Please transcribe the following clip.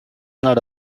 not